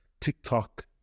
TikTok